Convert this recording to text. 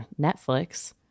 Netflix